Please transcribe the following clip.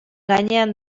gainean